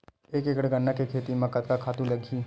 एक एकड़ गन्ना के खेती म कतका खातु लगही?